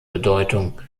bedeutung